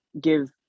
give